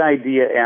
idea